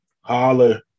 holler